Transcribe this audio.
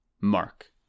Mark